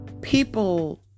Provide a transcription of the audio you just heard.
people